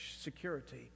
security